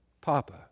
Papa